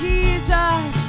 Jesus